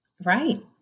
Right